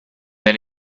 then